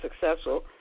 successful